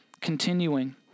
Continuing